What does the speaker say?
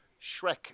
Shrek